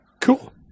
Cool